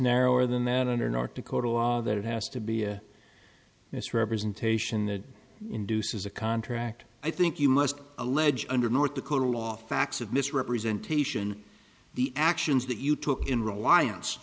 narrower than that under north dakota law that it has to be a misrepresentation that induces a contract i think you must allege under north dakota law facts of misrepresentation the actions that you took in reliance